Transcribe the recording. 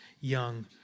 young